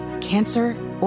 cancer